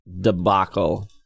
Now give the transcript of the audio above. debacle